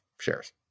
shares